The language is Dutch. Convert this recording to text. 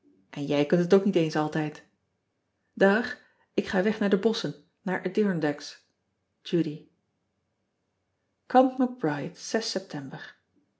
en jij kunt het ook niet eens altijd ag ik ga weg naar de bosschen naar dirondacks udy anip c ride eptember